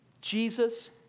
Jesus